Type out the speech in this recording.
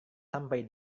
sampai